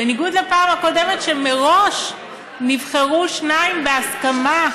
בניגוד לפעם הקודמת שמראש נבחרו שניים בהסכמה.